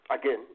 Again